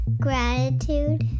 gratitude